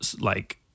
like-